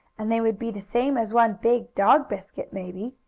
and they would be the same as one big dog-biscuit, maybe,